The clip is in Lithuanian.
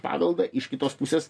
paveldą iš kitos pusės